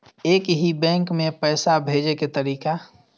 एक ही बैंक मे पैसा भेजे के तरीका?